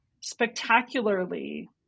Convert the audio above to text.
spectacularly